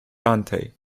dante